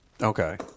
Okay